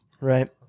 right